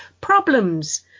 problems